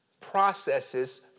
processes